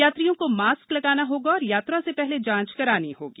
यात्रियों को मास्क लगाना होगा और यात्रा से पहले जांच करानी होगी